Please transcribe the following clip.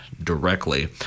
Directly